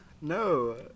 No